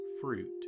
fruit